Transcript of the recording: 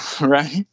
right